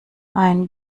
ein